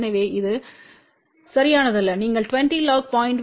எனவே இது சரியானதல்ல நீங்கள் 20 log 0